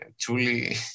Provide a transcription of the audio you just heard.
truly